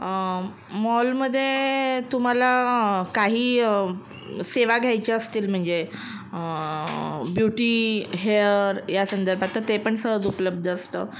मॉलमध्ये तुम्हाला काही सेवा घ्यायची असतील म्हणजे ब्युटी हेअर या संदर्भात तर ते पण सहज उपलब्ध असतं